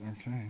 Okay